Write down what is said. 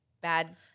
Bad